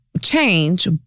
change